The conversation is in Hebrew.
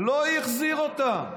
לא החזיר אותם.